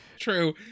true